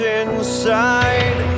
inside